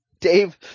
Dave